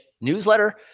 newsletter